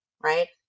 right